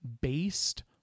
based